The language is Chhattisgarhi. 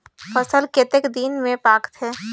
फसल कतेक दिन मे पाकथे?